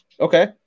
Okay